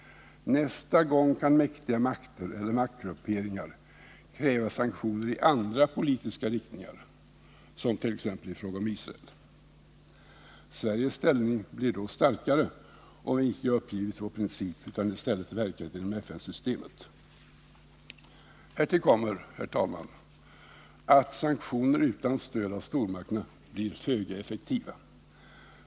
Nästa gång kan mäktiga makter eller maktgrupperingar kräva sanktioner i andra politiska riktningar, som t.ex. i fråga om Israel. Sveriges ställning hade då varit starkare om vi icke uppgivit vår princip utan i stället verkat inom FN-systemet. Därtill kommer, herr talman, att sanktioner utan stöd av stormakterna blir föga effektiva.